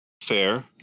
fair